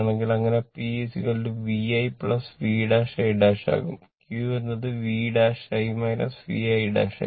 അങ്ങനെ P vi v i ആകും Q എന്നത് v i v i ആയിരിക്കും